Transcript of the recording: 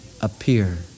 appear